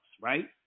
right